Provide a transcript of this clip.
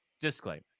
disclaimer